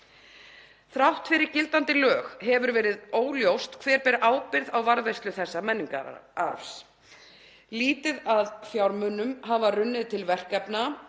Þrátt fyrir gildandi lög hefur verið óljóst hver ber ábyrgð á varðveislu þessa menningararfs. Lítið af fjármunum hefur runnið til verkefna